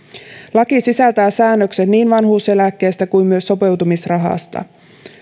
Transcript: laki sisältää säännöksen niin vanhuuseläkkeestä kuin sopeutumisrahasta